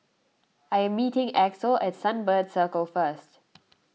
I am meeting Axel at Sunbird Circle first